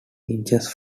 inches